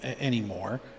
anymore